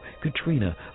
Katrina